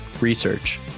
research